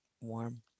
warm